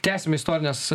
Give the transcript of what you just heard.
tęsiam istorines